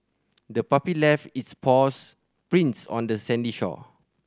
the puppy left its paws prints on the sandy shore